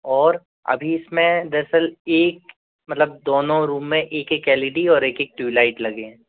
और अभी इसमें दरअसल एक मतलब दोनों रूम में एक एक एल इ डी और एक एक ट्यूब लाइट लगे हैं